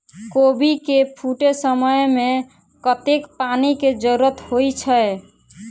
कोबी केँ फूटे समय मे कतेक पानि केँ जरूरत होइ छै?